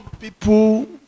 people